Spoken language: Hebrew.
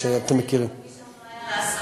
אני רוצה לציין גם את מי שאחראי להסעות,